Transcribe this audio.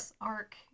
arc